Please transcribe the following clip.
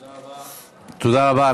תודה רבה.